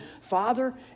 Father